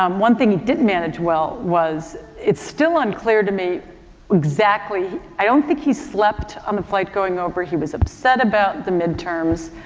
um one thing he did manage well was, it's still unclear to me exactly, i don't think he slept on the flight going over, he was upset about the midterms.